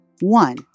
one